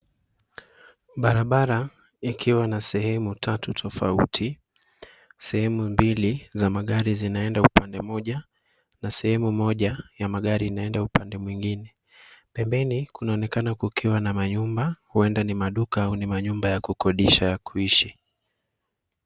Barabara yakiwa na sehemu tatu tofauti, sehemu mbili za magari zinaenda upande moja na sehemu moja ya magari inaenda upande mwingine. Pembeni kunaonekana kukiwa na manyumba, huenda ni maduka au manyumba ya kukodisha ya kuishi.